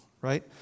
right